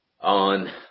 on